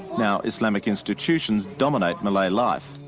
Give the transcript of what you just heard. now islamic institutions dominate malay life.